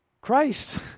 Christ